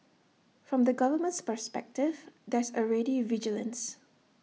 from the government's perspective there's already vigilance